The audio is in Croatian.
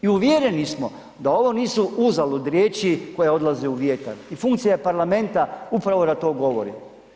I uvjereni smo da ovo nisu uzalud riječi koje odlaze u vjetar i funkcija je parlamenta upravo da to govorimo.